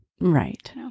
Right